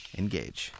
engage